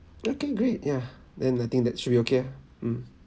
okay great ya then I think that should be okay ah mm